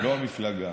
לא המפלגה.